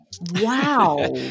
Wow